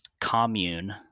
commune